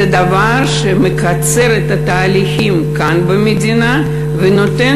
זה דבר שמקצר את התהליכים כאן במדינה ונותן